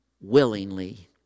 willingly